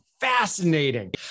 Fascinating